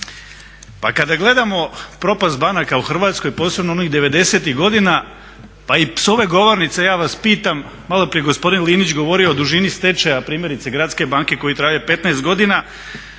Pa kada gledamo propast banaka u Hrvatskoj posebno onih '90-ih godina pa i s ove govornice ja vas pitam, maloprije je gospodin Linić govorio o dužini stečaja primjerice Gradske banke koji traje 15 godina,